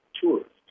tourists